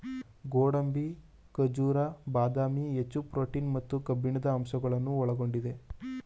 ಗೋಡಂಬಿ, ಖಜೂರ, ಬಾದಾಮಿ, ಹೆಚ್ಚು ಪ್ರೋಟೀನ್ ಮತ್ತು ಕಬ್ಬಿಣದ ಅಂಶವನ್ನು ಒಳಗೊಂಡಿದೆ